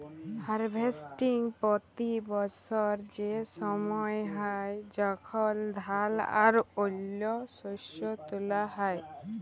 harvesting পতি বসর সে সময় হ্যয় যখল ধাল বা অল্য শস্য তুলা হ্যয়